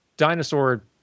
dinosaur